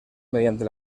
mediante